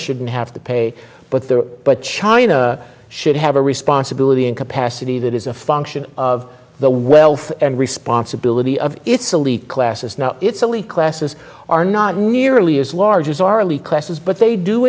shouldn't have to pay but there but china should have a responsibility in capacity that is a function of the wealth and responsibility of its elite classes now it's only classes are not nearly as large as our early classes but they do